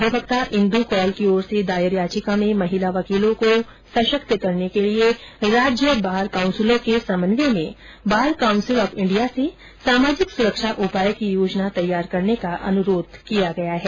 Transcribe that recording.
अधिवक्ता इंदू कौल की ओर से दायर याचिका में महिला वकीलों को सशक्त करने के लिये राज्य बार काउसिलों के समन्वय में बार काउसिल ऑफ इंडिया से सामाजिक सुरक्षा उपाय की योजना तैयार करने का अनुरोध किया गया है